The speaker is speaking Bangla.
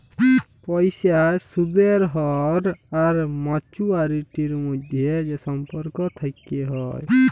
পয়সার সুদের হ্য়র আর মাছুয়ারিটির মধ্যে যে সম্পর্ক থেক্যে হ্যয়